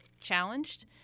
challenged